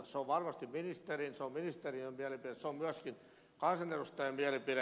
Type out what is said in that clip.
se on varmasti ministerin se on ministeriön mielipide se on myöskin kansanedustajien mielipide